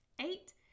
Eight